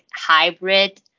hybrid